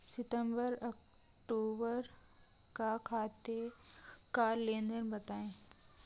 सितंबर अक्तूबर का खाते का लेनदेन बताएं